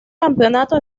campeonato